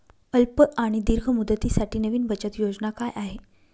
अल्प आणि दीर्घ मुदतीसाठी नवी बचत योजना काय आहे?